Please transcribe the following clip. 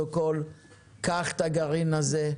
קח את הגרעין הזה,